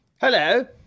Hello